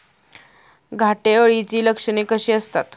घाटे अळीची लक्षणे कशी असतात?